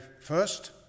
first